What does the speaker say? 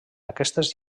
aquestes